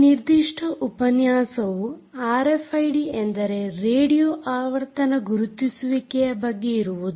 ಈ ನಿರ್ದಿಷ್ಟ ಉಪನ್ಯಾಸವು ಆರ್ಎಫ್ಐಡಿ ಅಂದರೆ ರೇಡಿಯೊ ಆವರ್ತನ ಗುರುತಿಸುವಿಕೆಯ ಬಗ್ಗೆ ಇರುವುದು